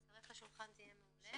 התכנית של משרד הבריאות בגדול בנויה משבעה